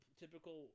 typical